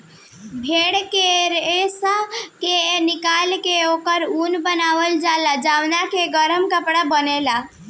भेड़ के रेशा के निकाल के ओकर ऊन बनावल जाला जवना के गरम कपड़ा बनेला